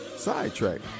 Sidetrack